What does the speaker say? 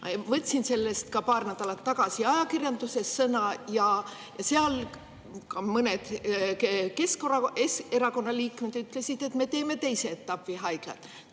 Võtsin sellel teemal ka paar nädalat tagasi ajakirjanduses sõna ja seal mõned Keskerakonna liikmed ütlesid, et me teeme teise etapi haiglat.